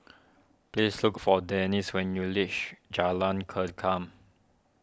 please look for Denise when you reach Jalan Kengkam